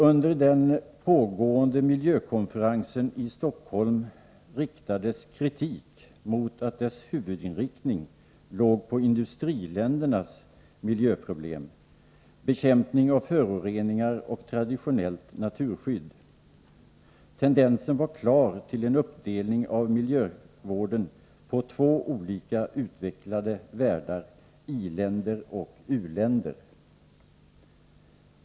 Under den pågående miljökonferensen i Stockholm riktades kritik mot att dess huvudinriktning låg på industriländernas miljöproblem — bekämpning av föroreningar och traditionellt naturskydd. Tendensen var klar till en uppdelning av miljövården på två olika utvecklade världar — i-länder och u-länder.